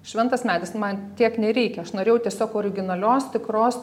šventas medis man tiek nereikia aš norėjau tiesiog originalios tikros